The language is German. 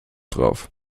drauf